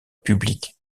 publique